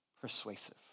persuasive